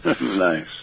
Nice